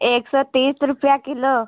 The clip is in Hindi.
एक सौ तीस रुपये किलो